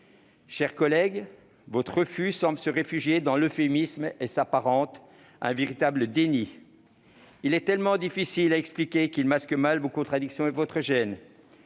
chers collègues, votre refus semble se réfugier dans l'euphémisme et il s'apparente à un véritable déni. Il est tellement difficile à expliquer qu'il masque mal vos contradictions et votre gêne.